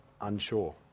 unsure